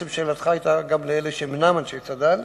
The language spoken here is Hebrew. שאלתך בעצם התייחסה גם לאלה שאינם אנשי צד"ל.